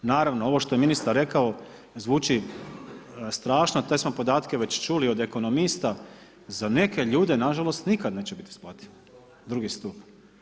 Naravno ovo što je ministar rekao zvuči strašno, te smo podatke već čuli od ekonomista, za neke ljude nažalost nikad neće biti isplativo II. stup.